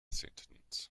sentence